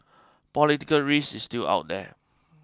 political risk is still out there